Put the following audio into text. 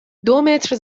دومتر